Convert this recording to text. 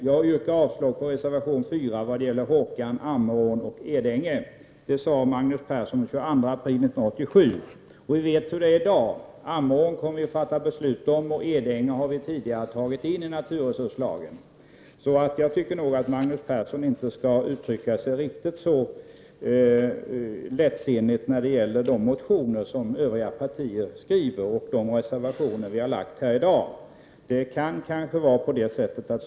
Jag yrkar avslag på reservation 4 vad det gäller Hårkan, Ammerån och Edänge.” Vi vet hur det är i dag. Ammerån kommer vi att fatta beslut om, och Edänge har vi tidigare tagit in i naturresurslagen. Jag tycker nog att Magnus Persson inte skall uttrycka sig riktigt så lättsinnigt när det gäller de motioner som Övriga partier har skrivit och de reservationer som vi har haft uppe här i dag.